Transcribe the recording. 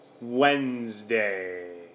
Wednesday